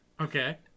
okay